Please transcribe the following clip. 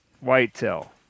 whitetail